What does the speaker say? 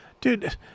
Dude